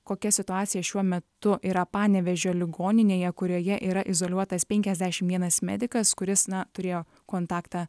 kokia situacija šiuo metu yra panevėžio ligoninėje kurioje yra izoliuotas penkiasdešim vienas medikas kuris na turėjo kontaktą